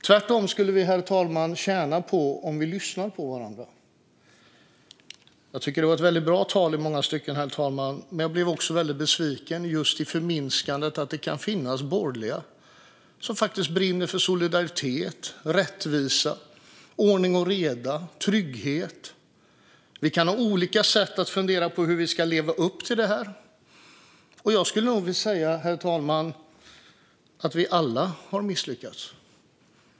Tvärtom skulle vi, herr talman, tjäna på att lyssna på varandra. Jag tycker att det var ett väldigt bra tal i många stycken, herr talman, men jag blev också väldigt besviken över just förminskandet. Det kan finnas borgerliga som faktiskt brinner för solidaritet, rättvisa, ordning och reda och trygghet. Vi kan ha olika sätt att fundera på hur vi ska leva upp till detta, och jag skulle nog vilja säga, herr talman, att vi alla har misslyckats.